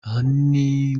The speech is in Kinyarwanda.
ahanini